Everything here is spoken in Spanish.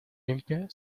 limpia